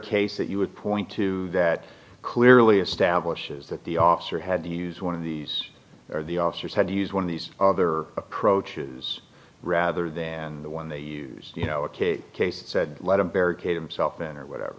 case that you would point to that clearly establishes that the officer had to use one of these or the officers had to use one of these other approaches rather than the one they use you know a cape case said let him barricade himself in or whatever